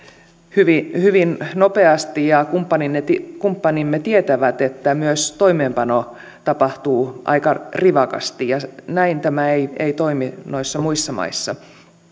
hyvin hyvin nopeasti ja kumppanimme tietävät että myös toimeenpano tapahtuu aika rivakasti näin tämä ei ei toimi noissa muissa maissa